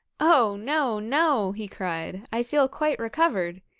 oh, no, no he cried, i feel quite recovered!